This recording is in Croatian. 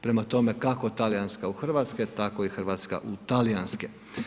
Prema tome kako talijanska u hrvatske, tako i hrvatska u talijanske.